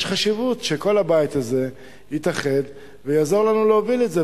יש חשיבות שכל הבית הזה יתאחד ויעזור לנו להוביל את זה,